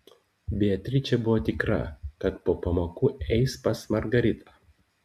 beatričė buvo tikra kad po pamokų eis pas margaritą